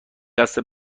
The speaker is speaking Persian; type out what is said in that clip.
قصد